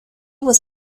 was